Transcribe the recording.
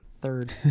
third